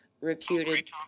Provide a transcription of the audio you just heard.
reputed